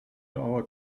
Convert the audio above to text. hour